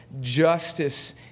justice